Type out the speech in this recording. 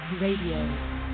Radio